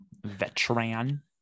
Veteran